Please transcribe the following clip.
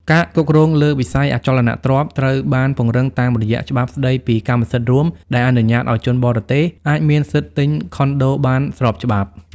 ការគ្រប់គ្រងលើវិស័យអចលនទ្រព្យត្រូវបានពង្រឹងតាមរយៈច្បាប់ស្ដីពីកម្មសិទ្ធិរួម ដែលអនុញ្ញាតឱ្យជនបរទេសអាចមានសិទ្ធិទិញខុនដូបានស្របច្បាប់។